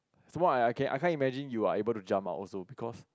that's why I can I can't imagine you are able to jump like also because